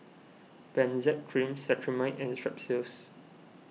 Benzac Cream Cetrimide and Strepsils